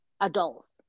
adults